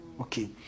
Okay